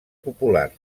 popular